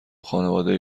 خانواده